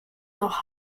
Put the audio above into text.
noch